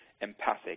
Empathic